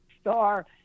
star